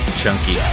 chunky